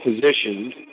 positioned